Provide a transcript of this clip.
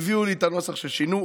הביאו לי את הנוסח ששינו.